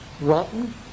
rotten